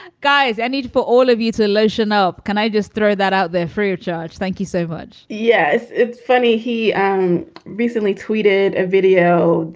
guys. i need for all of you to lotion up. can i just throw that out there free of charge. thank you so much yes, it's funny. he and recently tweeted a video.